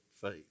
faith